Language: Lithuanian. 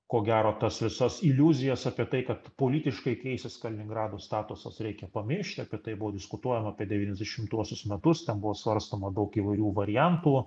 ko gero tas visas iliuzijas apie tai kad politiškai keisis kaliningrado statusas reikia pamiršti apie tai buvo diskutuojama apie devyniasdešimtuosius metus ten buvo svarstoma daug įvairių variantų